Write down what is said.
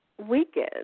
Weekend